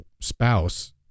spouse